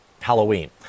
Halloween